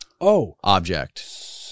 object